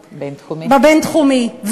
בבין-תחומי.